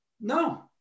No